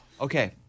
Okay